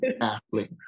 athlete